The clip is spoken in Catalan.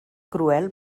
cruel